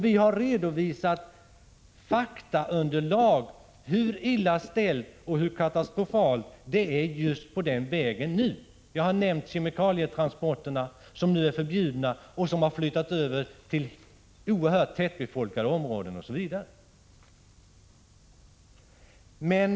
Vi har redovisat fakta om det katastrofala läget på väg 83 just nu. Jag har nämnt kemikalietransporterna som nu är förbjudna och som har flyttats över till oerhört tätt befolkade områden. Det finns flera exempel.